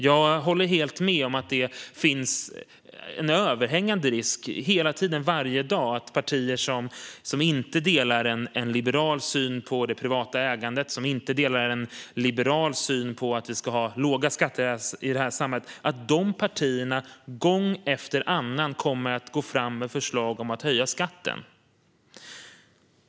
Jag håller helt med om att det hela tiden, varje dag, finns en överhängande risk för att partier som inte delar en liberal syn på det privata ägandet och på att vi ska ha låga skatter i samhället gång efter annan kommer att gå fram med förslag om att höja skatten.